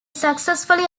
successfully